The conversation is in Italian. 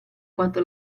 quanto